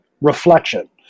reflection